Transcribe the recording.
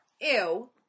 Ew